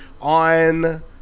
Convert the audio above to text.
on